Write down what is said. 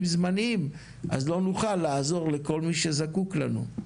זמניים אז לא נוכל לעזור לכל מי שזקוק לנו.